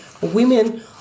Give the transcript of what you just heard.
women